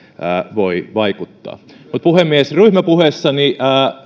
voi vaikuttaa puhemies ryhmäpuheessani